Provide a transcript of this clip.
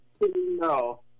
No